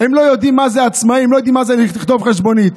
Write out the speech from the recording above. הם לא יודעים מה זה עצמאים, מה זה לכתוב חשבונית.